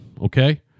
okay